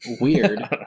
weird